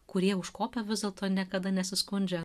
kurie užkopę vis dėlto niekada nesiskundžia